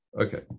Okay